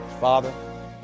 Father